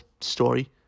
story